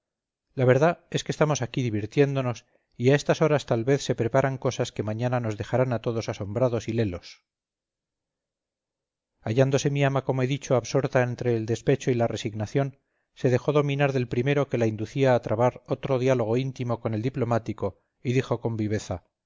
la verdad es que estamos aquí divirtiéndonos y a estas horas tal vez se preparan cosas que mañana nos dejarán a todos asombrados y lelos hallándose mi ama como he dicho absorta entre el despecho y la resignación se dejó dominar del primero que la inducía a trabar otro diálogo íntimo con el diplomático y dijo con viveza